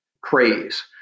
craze